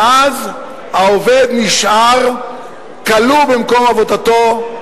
ואז העובד נשאר כלוא במקום עבודתו,